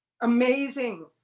Amazing